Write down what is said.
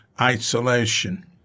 isolation